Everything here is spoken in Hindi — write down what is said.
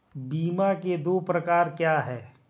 बीमा के दो प्रकार क्या हैं?